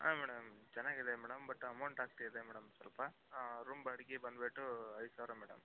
ಹಾಂ ಮೇಡಮ್ ಚೆನ್ನಾಗಿದೆ madam but amount ಜಾಸ್ತಿ ಇದೆ ಮೇಡಮ್ ಸ್ವಲ್ಪ ರೂಮ್ ಬಾಡ್ಗೆ ಬಂದುಬಿಟ್ಟು ಐದು ಸಾವಿರ ಮೇಡಮ್